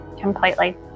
completely